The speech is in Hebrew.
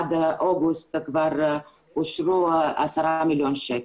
עד אוגוסט כבר אושרו עשרה מיליון שקל.